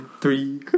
three